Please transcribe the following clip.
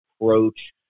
approach